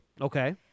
Okay